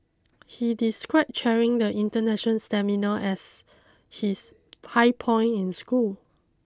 he described chairing the international seminar as his high point in school